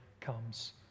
comes